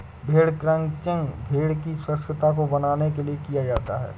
भेड़ क्रंचिंग भेड़ की स्वच्छता को बनाने के लिए किया जाता है